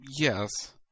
yes